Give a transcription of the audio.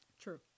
True